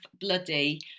bloody